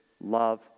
love